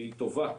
והיא טובה,